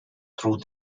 through